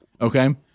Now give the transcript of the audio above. Okay